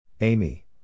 Amy